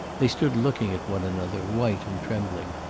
they stood looking at one another, white and trembling.